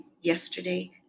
yesterday